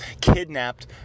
kidnapped